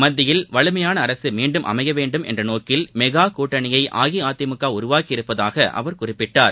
மத்தியில் வலிமையான அரசு மீண்டும் அமைய வேண்டும் என்ற நோக்கில் மெகா கூட்டணியை அஇஅதிமுக உருவாக்கியுள்ளதாக அவர் குறிப்பிட்டார்